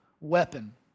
weapon